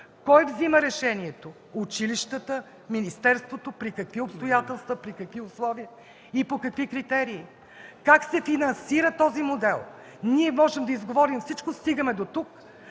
Кой взима решението – училищата, министерството, при какви обстоятелства, при какви условия, по какви критерии? Как се финансира този модел? Ние можем да изговорим всичко. Стигаме дотук,